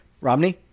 Romney